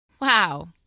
Wow